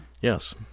Yes